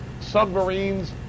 submarines